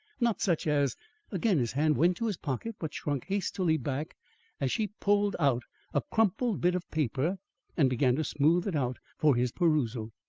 not such as again his hand went to his pocket, but shrunk hastily back as she pulled out a crumpled bit of paper and began to smooth it out for his perusal.